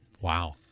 Wow